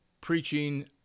preaching